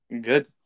Good